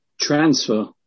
transfer